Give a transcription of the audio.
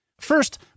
First